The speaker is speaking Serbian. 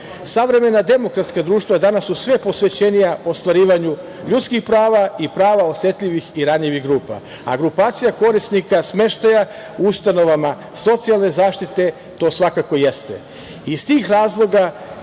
Savremena demokratska društva danas su sve posvećenija ostvarivanju ljudskih prava i prava osetljivih i ranjivih grupa, a grupacija korisnika smeštaja u ustanovama socijalne zaštite to svakako jeste. Iz